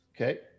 Okay